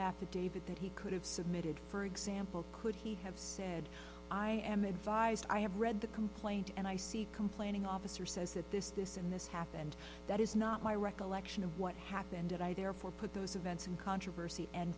affidavit that he could have submitted for example could he have said i am advised i have read the complaint and i see complaining officer says that this this and this happened that is not my recollection of what happened and i therefore put those events in controversy and